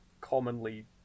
commonly